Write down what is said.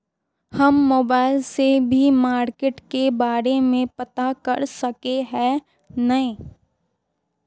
हम मोबाईल से भी मार्केट के बारे में पता कर सके है नय?